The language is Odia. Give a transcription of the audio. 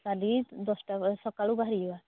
କାଲି ଦଶଟା ସକାଳୁ ବାହାରି ଯିବା